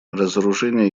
разоружение